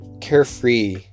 carefree